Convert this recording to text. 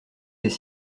des